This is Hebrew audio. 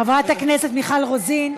חברת הכנסת מיכל רוזין.